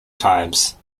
times